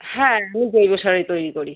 হ্যাঁ আমি জৈব সারেই তৈরি করি